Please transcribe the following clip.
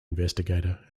investigator